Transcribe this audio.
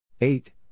eight